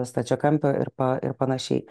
stačiakampio ir pa ir panašiai